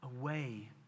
away